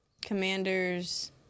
Commanders